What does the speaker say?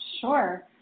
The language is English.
Sure